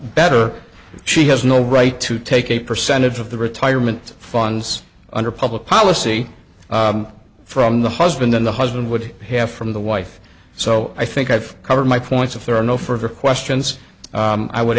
better she has no right to take a percentage of the retirement funds under public policy from the husband than the husband would have from the wife so i think i've covered my points if there are no further questions i would